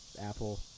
Apple